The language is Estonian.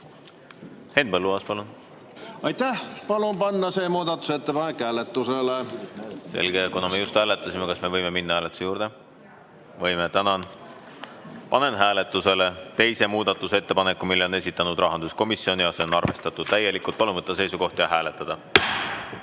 hääletusele. Aitäh! Palun panna see muudatusettepanek hääletusele. Selge. Kuna me just hääletasime, kas me võime minna hääletuse juurde? Võime. Tänan! Panen hääletusele teise muudatusettepaneku, mille on esitanud rahanduskomisjon, ja see on arvestatud täielikult. Palun võtta seisukoht ja hääletada!